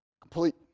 Complete